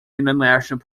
international